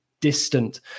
distant